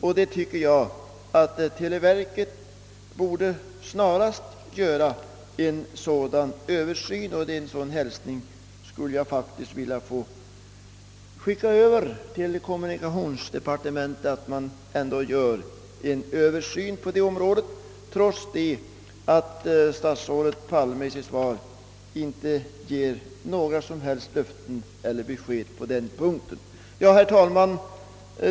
Därvidlag tycker jag att televerket snarast borde företa en översyn, och denna önskan vill jag nu sända över till kommunikationsdepartementet, trots att statsrådet Palme inte ger några som helst löften eller besked på den punkten i interpellationssvaret. Herr talman!